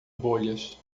bolhas